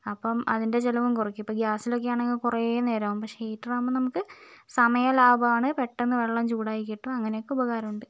അപ്പം അതിൻ്റെ ചിലവും കുറയ്ക്കും ഇപ്പം ഗ്യാസിലൊക്കെയാണെങ്കിൽ കുറേ നേരെയാകും പക്ഷെ ഹീറ്റർ ആവുമ്പം നമുക്ക് സമയ ലാഭമാണ് പെട്ടെന്ന് വെള്ളം ചൂടായി കിട്ടും അങ്ങനെയൊക്കെ ഉപകാരം ഉണ്ട്